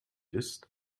ist